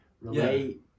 relate